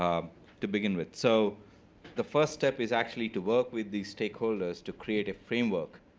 um to begin with. so the first step is actually to work with these stakeholders to create a framework